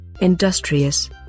industrious